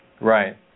Right